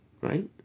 right